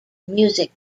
music